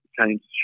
change